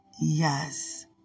Yes